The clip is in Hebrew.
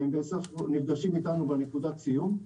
והם נפגשים איתנו בנקודת הסיום.